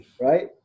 right